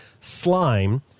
slime